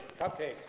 Cupcakes